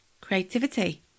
creativity